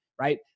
right